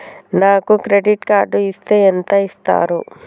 నాకు credit card ఇస్తే ఎంత ఇస్తరు?